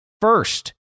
first